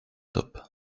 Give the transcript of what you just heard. top